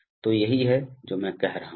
तो यही है जो मैं कह रहा हूँ